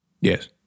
Yes